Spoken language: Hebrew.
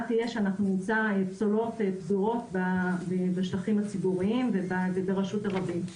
תהיה שאנחנו נמצא פסולת פזורה בשטחים בציבוריים וברשות הרבים.